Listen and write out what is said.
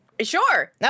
Sure